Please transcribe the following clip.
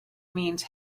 means